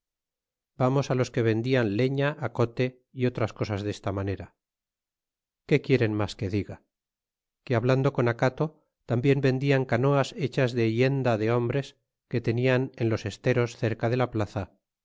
vamos á los que vendian leña acote é otras cosas desta manera qué quieren mas que diga que hablando con acato tambien vendian canoas llenas de hienda de hombres que tenian en los esteros cerca de la plaza